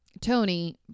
Tony